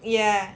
ya